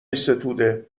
ستوده